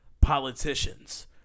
Politicians